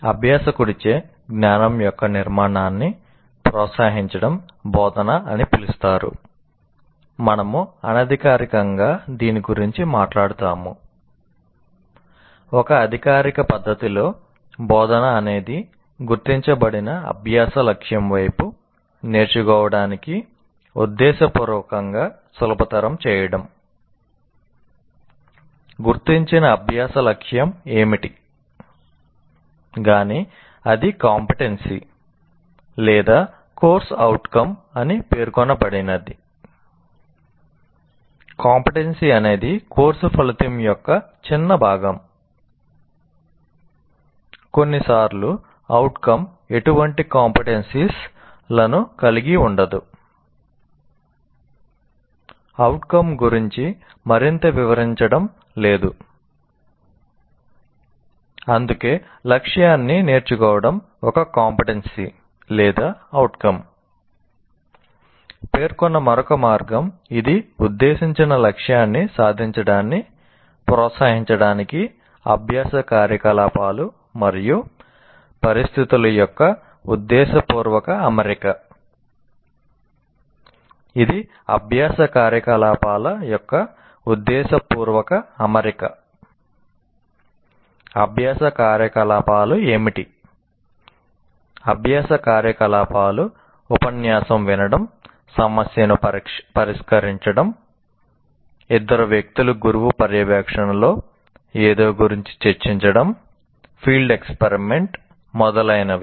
అభ్యాసకుడిచే జ్ఞానం యొక్క నిర్మాణాన్ని ప్రోత్సహించడం బోధన అని పిలుస్తారు కొన్నిసార్లు అవుట్కం మొదలైనవి